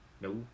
no